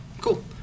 cool